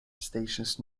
stations